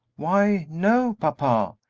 why, no, papa,